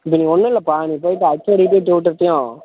இது நீ ஒன்று இல்லைப்பா நீ போய்விட்டு ஹச்சோடிகிட்டையும் டியூட்டர்கிட்டையும்